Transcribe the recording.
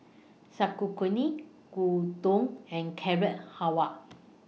Sauerkraut Gyudon and Carrot Halwa